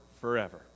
forever